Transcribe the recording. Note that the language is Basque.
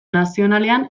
nazionalean